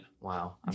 Wow